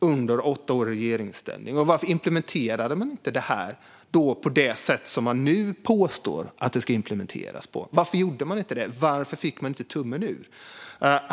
under åtta år i regeringsställning? Varför implementerade man inte detta på det sätt som man nu påstår att det ska implementeras på? Varför gjorde man inte det? Varför fick man inte tummen ur?